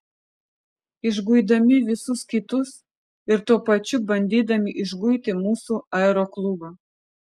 išguidami visus kitus ir tuo pačiu bandydami išguiti mūsų aeroklubą